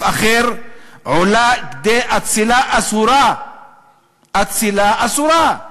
אחר עולה כדי אצילה אסורה." אצילה אסורה.